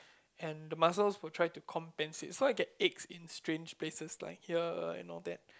and the muscles will try to compensate so I get aches in strange places like here and all that